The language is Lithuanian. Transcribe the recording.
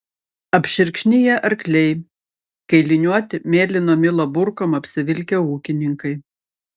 apšerkšniję arkliai kailiniuoti mėlyno milo burkom apsivilkę ūkininkai